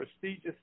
prestigious